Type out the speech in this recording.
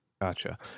Gotcha